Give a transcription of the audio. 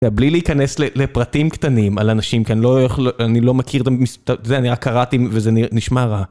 בלי להיכנס לפרטים קטנים על אנשים, כי אני לא יוכל, אני לא מכיר את המספ... זה אני רק קראתי וזה נשמע רע.